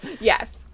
Yes